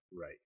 Right